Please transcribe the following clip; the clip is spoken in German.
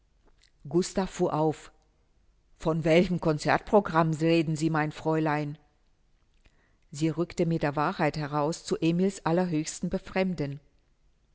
gustav fuhr auf von welchem concertprogramm reden sie mein fräulein sie rückte mit der wahrheit heraus zu emils allerhöchstem befremden